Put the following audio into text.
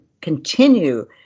continue